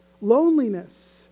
loneliness